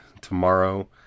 tomorrow